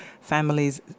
families